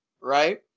right